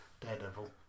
Daredevil